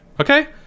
okay